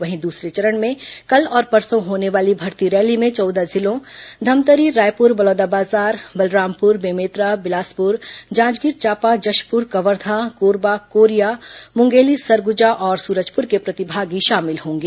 वहीं दूसरे चरण में कल और परसों होने वाली भर्ती रैली में चौदह जिलों धमतरी रायपुर बलौदाबाजार बलरामपुर बेमेतरा बिलासपुर जांजगीर चांपा जशपुर कवर्धा कोरबा कोरिया मुंगेली सरगुजा और सूरजपुर के प्रतिभागी शामिल होंगे